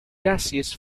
gaseous